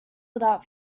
without